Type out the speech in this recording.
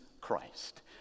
Christ